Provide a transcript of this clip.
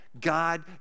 God